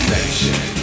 Nation